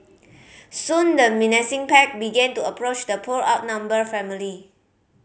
soon the menacing pack began to approach the poor outnumbered family